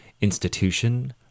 institution